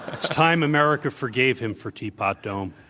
it's time america forgave him for teapot dome.